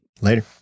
Later